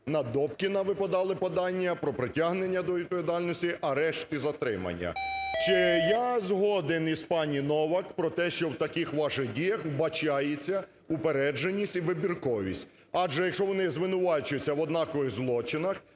на Добкіна ви подали подання про притягнення до відповідальності, арешт і затримання. Я згоден із пані Новак про те, що в таких ваших діях вбачається упередженість і вибірковість. Адже, якщо вони звинувачуються в однакових злочинах,